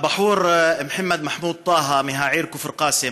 הבחור מוחמד מחמוד טאהא מהעיר כפר קאסם